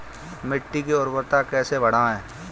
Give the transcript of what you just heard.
मिट्टी की उर्वरता कैसे बढ़ाएँ?